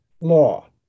law